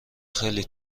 خیلی